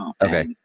Okay